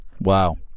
Wow